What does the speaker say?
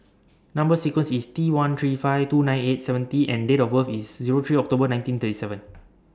Number sequence IS T one three five two nine eight seven T and Date of birth IS Zero three October nineteen thirty seven